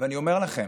ואני אומר לכם: